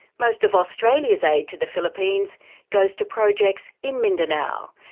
most of australia's aid to the philippines goes to projects in mindanao.